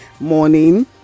morning